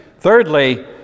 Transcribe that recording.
Thirdly